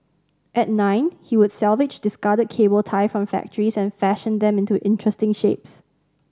at nine he would salvage discarded cable tie from factories and fashion them into interesting shapes